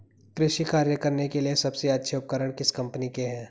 कृषि कार्य करने के लिए सबसे अच्छे उपकरण किस कंपनी के हैं?